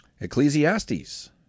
Ecclesiastes